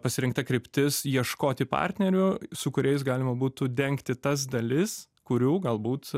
pasirinkta kryptis ieškoti partnerių su kuriais galima būtų dengti tas dalis kurių galbūt